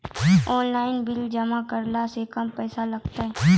Online bill जमा करै से कम पैसा लागतै?